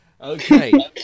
Okay